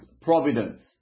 providence